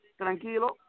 tranquilo